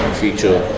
feature